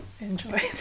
enjoy